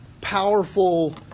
powerful